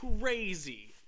crazy